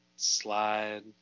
Slide